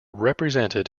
represented